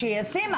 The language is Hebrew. שישים,